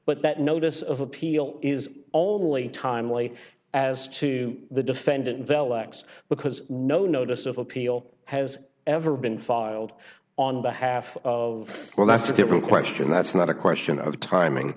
but that notice of appeal is only timely as to the defendant velux because no notice of appeal d has ever been filed on behalf of well that's a different question that's not a question of timing